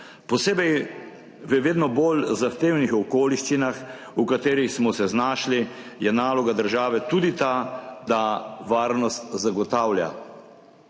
Posebej v vedno bolj zahtevnih okoliščinah, v katerih smo se znašli je naloga države tudi ta, da varnost zagotavlja.